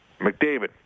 McDavid